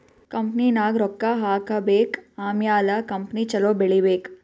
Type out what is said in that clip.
ಕಂಪನಿನಾಗ್ ರೊಕ್ಕಾ ಹಾಕಬೇಕ್ ಆಮ್ಯಾಲ ಕಂಪನಿ ಛಲೋ ಬೆಳೀಬೇಕ್